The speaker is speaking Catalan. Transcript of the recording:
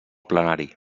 plenari